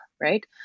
right